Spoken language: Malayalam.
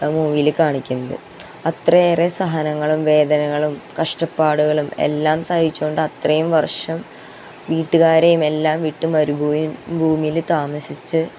ആ മൂവിയില് കാണിക്കുന്നത് അത്രയേറെ സഹനങ്ങളും വേദനകളും കഷ്ടപ്പാടുകളും എല്ലാം സഹിച്ചു കൊണ്ട് അത്രയും വര്ഷം വീട്ടുകാരെയും എല്ലാം വിട്ടു മരുഭൂമിയില് ഭൂമിയില് താമസിച്ച്